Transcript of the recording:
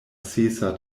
sesa